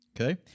Okay